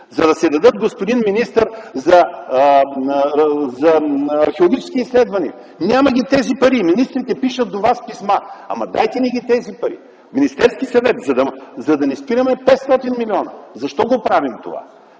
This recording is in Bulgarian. за да се дадат, господин министър, за археологически изследвания. Няма ги тези пари. Министрите пишат до Вас писма. Дайте ни тези пари, за да не спираме 500 млн. лв. Защо го правим това?